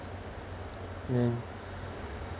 mm